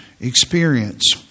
experience